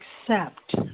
accept